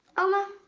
oma?